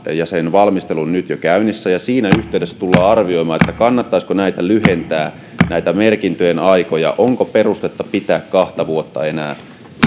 ja sen valmistelu on nyt jo käynnissä ja siinä yhteydessä tullaan arvioimaan kannattaisiko lyhentää näitä merkintöjen aikoja ja onko perustetta enää pitää kahta vuotta